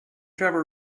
trevor